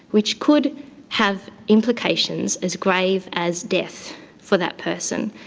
which could have implications as grave as death for that person.